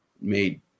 made